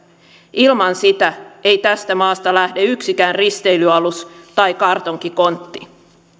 ilman sitä ei tästä maasta lähde yksikään risteilyalus tai kartonkikontti